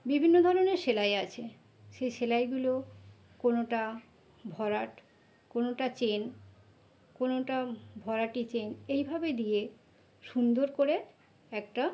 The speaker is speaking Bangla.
বিভিন্ন ধরনের সেলাই আছে সেই সেলাইগুলো কোনোটা ভরাট কোনোটা চেন কোনোটা ভরাটি চেন এইভাবে দিয়ে সুন্দর করে একটা